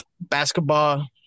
basketball